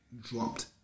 dropped